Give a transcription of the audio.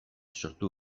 sortu